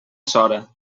sora